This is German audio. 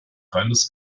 reines